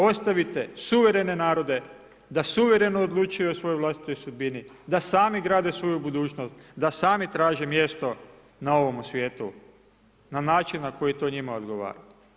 Ostavite suverene narode da suvereno odlučuju o svojoj vlastitoj sudbini, da sami grade svoju budućnost, da sami traže mjesto na ovome svijetu na način na kojim to njima odgovara.